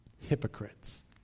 hypocrites